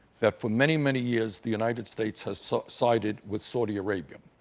that, for many, many years, the united states has so sided with saudi arabia,